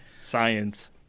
Science